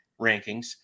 rankings